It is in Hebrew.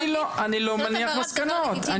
אני לא מניח מסקנות.